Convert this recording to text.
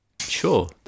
Sure